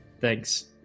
Thanks